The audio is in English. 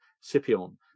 Scipion